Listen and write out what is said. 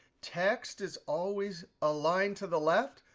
text is always aligned to the left.